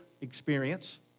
experience